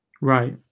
Right